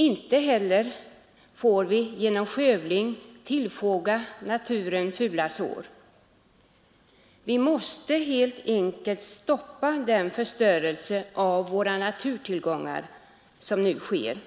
Inte heller får vi genom skövling tillfoga naturen fula sår. Vi måste helt enkelt stoppa den förstörelse som sker av våra naturtillgångar. En generell tillståndsgivning